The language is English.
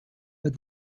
but